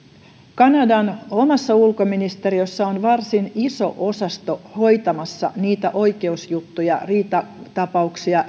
kanadan omassa ulkoministeriössä on varsin iso osasto hoitamassa niitä oikeusjuttuja riitatapauksia